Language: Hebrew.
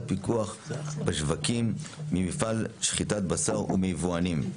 פיקוח בשווקים ממפעל שחיטת בשר ומיבואנים.